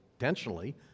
intentionally